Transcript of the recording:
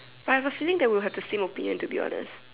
I have a feeling that we'll have the same opinion to be honest